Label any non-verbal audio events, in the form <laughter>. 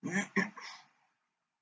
<coughs>